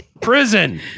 Prison